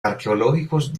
arqueológicos